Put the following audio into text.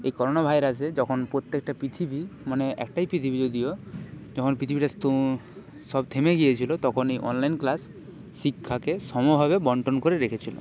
এই করোনা ভাইরাসে যখন প্রত্যেকটা পৃথিবী মানে একটাই পৃথিবী যদিও যখন পৃথিবীটা সব থেমে গিয়েছিল তখন এই অনলাইন ক্লাস শিক্ষাকে সমভাবে বণ্টন করে রেখেছিল